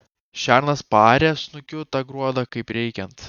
šernas paarė snukiu tą gruodą kaip reikiant